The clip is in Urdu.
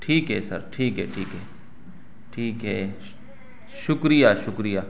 ٹھیک ہے سر ٹھیک ہے ٹھیک ہے ٹھیک ہے شکریہ شکریہ